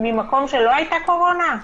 ממקום שלא הייתה קורונה?